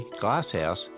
Glasshouse